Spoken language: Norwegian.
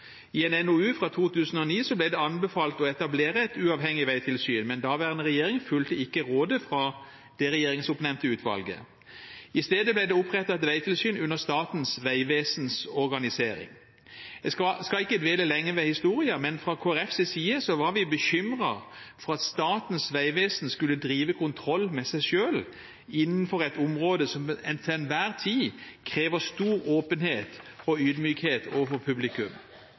I en NOU fra 2009 ble det anbefalt å etablere et uavhengig veitilsyn, men daværende regjering fulgte ikke rådet fra det regjeringsoppnevnte utvalget. I stedet ble det opprettet et veitilsyn under Statens vegvesens organisering. Jeg skal ikke dvele lenge ved historien, men fra Kristelig Folkepartis side var vi bekymret for at Statens vegvesen skulle drive kontroll med seg selv innenfor et område som til en hver tid krever stor åpenhet og ydmykhet overfor publikum.